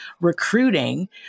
recruiting